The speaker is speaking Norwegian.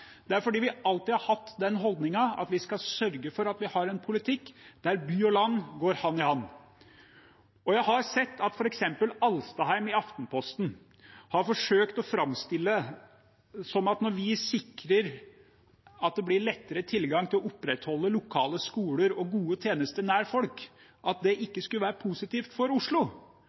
Det er fordi vi alltid har hatt den holdningen at vi skal sørge for at vi har en politikk der by og land går hand i hand. Jeg har sett at f.eks. Alstadheim i Aftenposten har forsøkt å framstille det som at det at vi sikrer at det blir lettere tilgang til å opprettholde lokale skoler og gode tjenester nær folk, ikke skulle være positivt for Oslo.